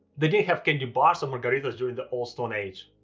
they didn't have candy bars or margaritas during the old stone age.